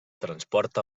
transporta